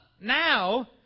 now